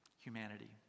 humanity